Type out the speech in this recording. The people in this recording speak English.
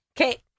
okay